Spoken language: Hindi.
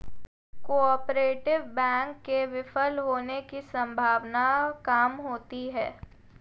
कोआपरेटिव बैंक के विफल होने की सम्भावना काम होती है